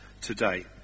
today